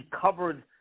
covered